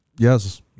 Yes